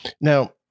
Now